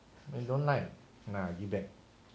you don't like nah give back